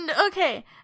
Okay